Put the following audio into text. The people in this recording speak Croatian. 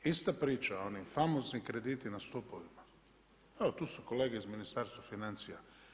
Ista priča, oni famozni krediti na stupovima, evo tu su kolege iz Ministarstva financija.